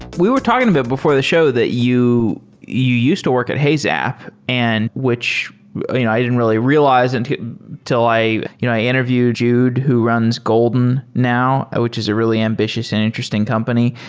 we were talking about before the show that you you used to work at heyzap, and which i didn't really realize and until i you know i interviewed jude, who runs golden now, which is a really ambitious and interesting company.